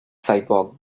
cyborg